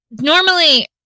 normally